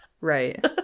Right